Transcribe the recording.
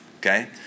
Okay